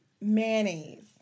Mayonnaise